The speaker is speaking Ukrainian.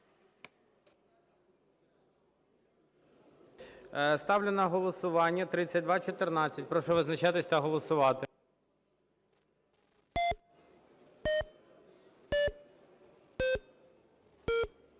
Ставлю на голосування 3217. Прошу визначатись та голосувати.